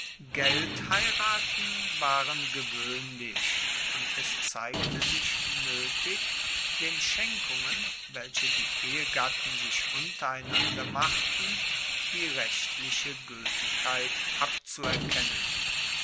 geldheiraten waren gewoehnlich und es zeigte sich noetig den schenkungen welche die ehegatten sich untereinander machten die rechtliche gueltigkeit abzuerkennen